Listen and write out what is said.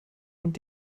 und